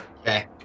Okay